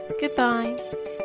Goodbye